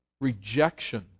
rejection